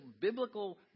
biblical